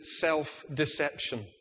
self-deception